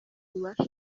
ububasha